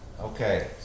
Okay